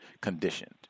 conditioned